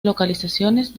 localizaciones